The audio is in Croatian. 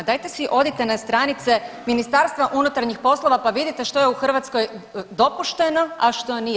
Dajte si odite na stranice Ministarstva unutarnjih poslova, pa vidite što je u Hrvatskoj dopušteno, a što nije.